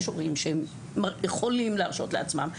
יש הורים שיכולים להרשות לעצמם,